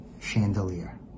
chandelier